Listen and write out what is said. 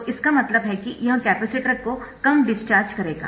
तो इसका मतलब है कि यह कैपेसिटर को कम डिस्चार्ज करेगा